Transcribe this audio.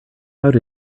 out